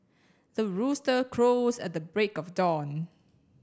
the rooster crows at the break of dawn